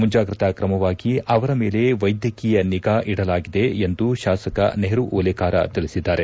ಮುಂಜಾಗ್ರತಾ ಕ್ರಮವಾಗಿ ಅವರ ಮೇಲೆ ವೈದ್ಯಕೀಯ ನಿಗಾ ಇಡಲಾಗಿದೆ ಎಂದು ಶಾಸಕ ನೆಹರು ಓಲೇಕಾರ ತಿಳಿಸಿದ್ದಾರೆ